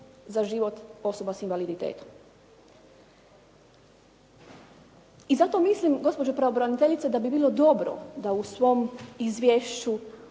za život osoba s invaliditetom. I zato mislim gospođo pravobraniteljice da bi bilo dobro da u svom izvješću